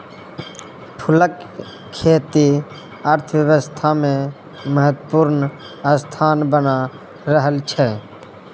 फूलक खेती अर्थव्यवस्थामे महत्वपूर्ण स्थान बना रहल छै